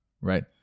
right